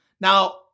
Now